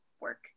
work